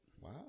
Wow